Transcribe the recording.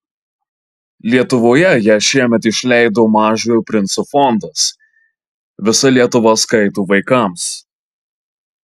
lietuvoje ją šiemet išleido mažojo princo fondas visa lietuva skaito vaikams